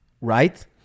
Right